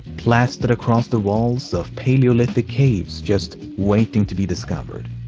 plastered across the walls of paleolithic caves just waiting to be discovered.